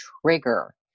trigger